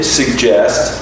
suggest